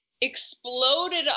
exploded